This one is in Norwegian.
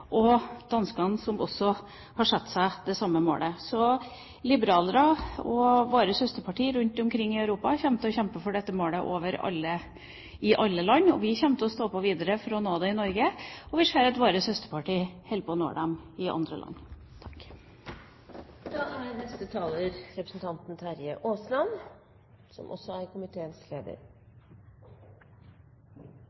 og danskene som også har satt seg det samme målet. Liberalere og våre søsterpartier i alle land rundt omkring i Europa kommer til å kjempe for å nå dette målet. Vi kommer til å stå på videre for å nå det i Norge, og vi ser at våre søsterpartier i andre land holder på